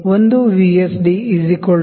D 1 V S D 0